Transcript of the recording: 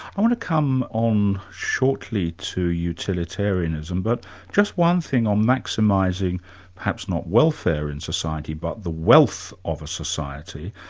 i want to come on shortly to utilitarianism but just one thing on maximising perhaps not welfare in society, but the wealth of a society.